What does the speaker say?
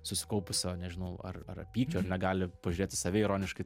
susikaupusio nežinau ar ar pykčio ar negali pažiūrėt saviironiškai